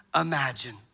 imagine